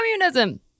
communism